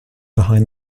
behind